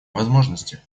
возможности